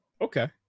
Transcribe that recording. okay